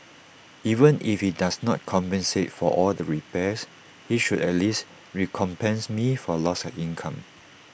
even if he does not compensate for all the repairs he should at least recompense me for loss of income